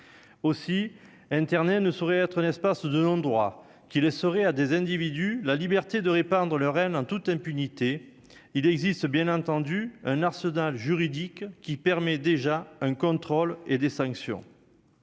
aussi internet ne saurait être n'est-ce pas ceux de l'endroit qui laisserait à des individus la liberté de répandre le réel en toute impunité, il existe bien entendu un arsenal juridique qui permet déjà un contrôle et des sanctions.